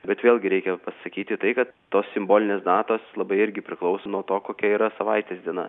bet vėlgi reikia pasakyti tai kad tos simbolinės datos labai irgi priklauso nuo to kokia yra savaitės diena